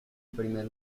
primer